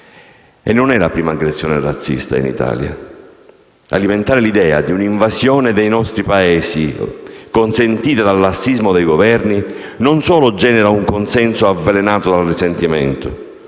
E non è la prima aggressione razzista in Italia: alimentare l'idea di un'invasione dei nostri Paesi, consentite dal lassismo dei Governi, genera non solo un consenso avvelenato dal risentimento,